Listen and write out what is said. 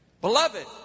Beloved